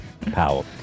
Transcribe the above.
Powell